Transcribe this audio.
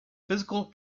physical